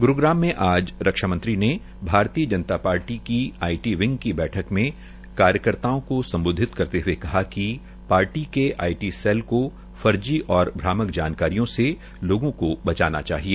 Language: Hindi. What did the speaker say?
गुरूग्राम में आज रक्षामंत्री ने भारतीय जनता पार्टी को आई टी विंग की बैठक में कार्यकर्ताओं को सम्बोधित करते हये कहा कि पार्टी के आई टी सैल को को फर्जी और भ्रामक जानकारियों से लोगों को बचाना चाहिए